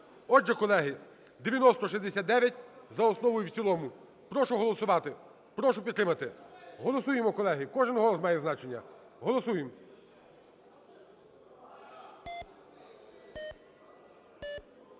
Отже, колеги, 9069 за основу і в цілому прошу голосувати. Прошу підтримати. Голосуємо, колеги, кожен голос має значення. Голосуємо.